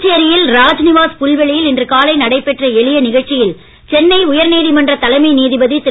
புதுச்சேரி யில் ராஜ்நிவாஸ் புல்வெளியில் இன்று காலை நடைபெற்ற எளிய நிகழ்ச்சியில் சென்னை உயர் நீதிமன்ற தலைமை நீதிபதி திரு